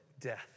death